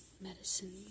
medicine